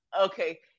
okay